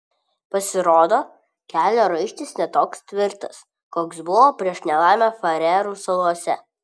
pasirodo kelio raištis ne toks tvirtas koks buvo prieš nelaimę farerų salose